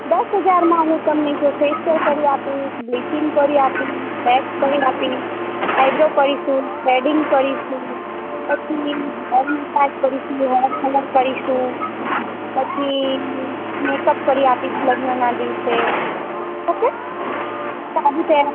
દસ હજારમાં હું તમને જો ફેશિયલ કરી આપીશ બ્લીચિંગ કરી આપીશ વેક્સ કરી આપીશ આઇબ્રો કરીશું થ્રેડિંગ કરીશું પછી હેરિંગ સ્ટાર્ટ કરીશું હેર કલર કરીશું પછી મેકઅપ કરી આપીશ લગ્નના દિવસે ઓકે સાડી પહેરાવી આપીશ